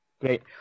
Great